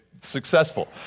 successful